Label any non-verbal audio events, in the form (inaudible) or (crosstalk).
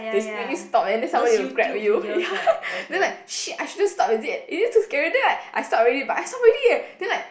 they s~ make you stop and then somebody will grab you (laughs) ya then like shit I shouldn't stop is it is it too scary then like I stop already but I stop already eh then like